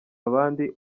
abandi